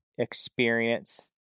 experience